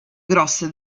grosse